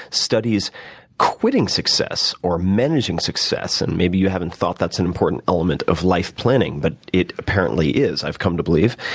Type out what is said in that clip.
studies quitting success or managing success. and maybe you haven't thought that's an important element of life planning, but it apparently is, i've come to believe.